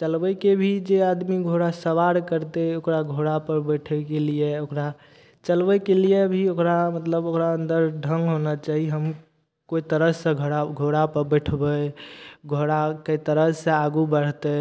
चलबयके भी जे आदमी घोड़ा सवार करतै ओकरा घोड़ापर बैठयके लिए ओकरा चलबयके लिए भी ओकरा मतलब ओकरा अन्दर ढङ्ग होना चाही हम ओहि तरहसँ घड़ा घोड़ापर बैठबै घोड़ा कै तरहसँ आगू बढ़तै